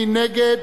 מי נגד?